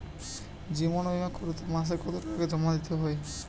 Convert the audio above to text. জীবন বিমা করতে মাসে কতো টাকা জমা দিতে হয়?